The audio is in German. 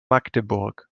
magdeburg